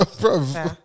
Bro